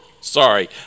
sorry